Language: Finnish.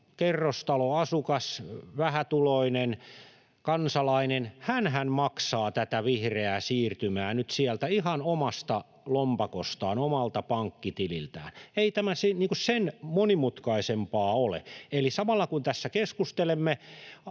kerrostaloasukas, vähätuloinen kansalainenhan maksaa tätä vihreää siirtymää nyt ihan sieltä omasta lompakostaan, omalta pankkitililtään. Ei tämä sen monimutkaisempaa ole. Eli samalla, kun tässä keskustelemme